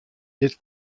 dit